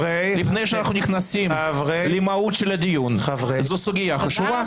לפני שאנחנו נכנסים למהות של הדיון זו סוגיה חשובה.